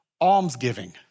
almsgiving